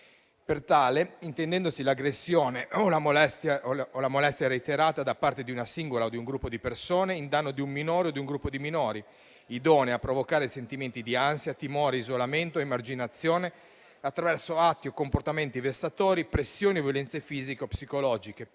per tale intendendosi l'aggressione o la molestia reiterata da parte di una singola o di un gruppo di persone in danno di un minore o di un gruppo di minori, idonea a provocare sentimenti di ansia, timore, isolamento, emarginazione attraverso atti o comportamenti vessatori, pressioni e violenze fisiche o psicologiche,